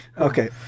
okay